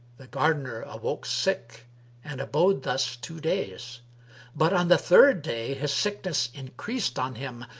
the gardener awoke sick and abode thus two days but on the third day, his sickness increased on him,